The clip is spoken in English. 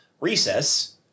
recess